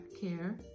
care